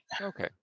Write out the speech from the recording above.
Okay